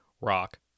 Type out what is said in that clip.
Rock